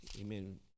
amen